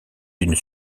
d’une